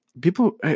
People